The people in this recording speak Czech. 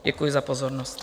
Děkuji za pozornost.